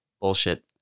bullshit